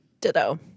Ditto